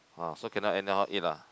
ah so cannot anyhow eat lah